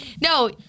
no